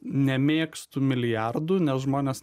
nemėgstu milijardų nes žmonės